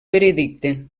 veredicte